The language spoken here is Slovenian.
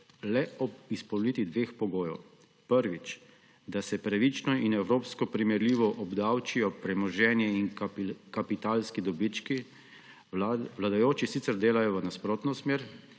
le ob izpolnitvi dveh pogojev. Prvič, da se pravično in evropsko primerljivo obdavčijo premoženje in kapitalski dobički – vladajoči sicer delajo v nasprotno smer